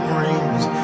rings